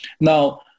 Now